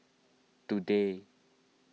today